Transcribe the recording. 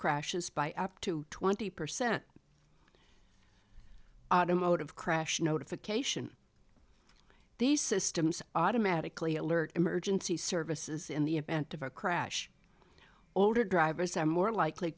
crashes by up to twenty percent automotive crash notification these systems automatically alert emergency services in the event of a crash older drivers are more likely